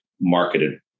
marketed